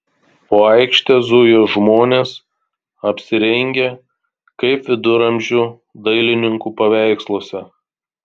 po aikštę zujo žmonės apsirengę kaip viduramžių dailininkų paveiksluose